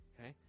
okay